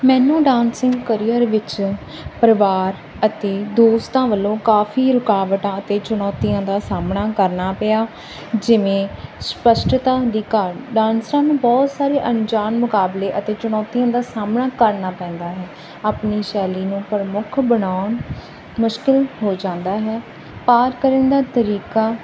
ਮੈਨੂੰ dancing career ਵਿੱਚ ਪਰਿਵਾਰ ਅਤੇ ਦੋਸਤਾਂ ਵੱਲੋਂ ਕਾਫੀ ਰੁਕਾਵਟਾਂ ਅਤੇ ਚੁਣੌਤੀਆਂ ਦਾ ਸਾਹਮਣਾ ਕਰਨਾ ਪਿਆ ਜਿਵੇਂ ਸਪਸ਼ਟਤਾ ਦੀ ਘਾਟ ਡਾਂਸਰਾਂ ਨੂੰ ਬਹੁਤ ਸਾਰੇ ਅਣਜਾਣ ਮੁਕਾਬਲੇ ਅਤੇ ਚੁਣੌਤੀਆਂ ਦਾ ਸਾਹਮਣਾ ਕਰਨਾ ਪੈਂਦਾ ਹੈ ਆਪਣੀ ਸ਼ੈਲੀ ਨੂੰ ਪ੍ਰਮੁੱਖ ਬਣਾਉਣਾ ਮੁਸ਼ਕਿਲ ਹੋ ਜਾਂਦਾ ਹੈ ਪਾਰ ਕਰਨ ਦਾ ਤਰੀਕਾ